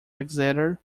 exeter